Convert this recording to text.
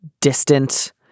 distant